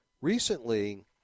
recently